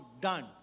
done